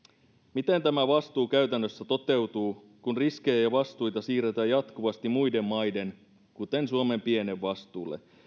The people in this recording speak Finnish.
miten tämä vastuu käytännössä toteutuu kun riskejä ja vastuita siirretään jatkuvasti muiden maiden kuten pienen suomen vastuulle